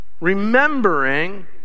remembering